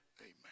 Amen